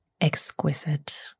exquisite